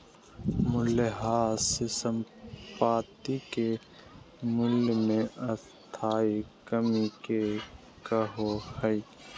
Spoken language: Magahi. मूल्यह्रास संपाति के मूल्य मे स्थाई कमी के कहो हइ